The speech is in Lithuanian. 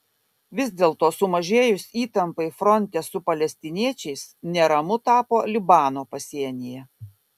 vis dėlto sumažėjus įtampai fronte su palestiniečiais neramu tapo libano pasienyje